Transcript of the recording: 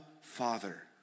Father